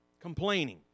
complaining